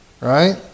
right